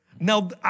Now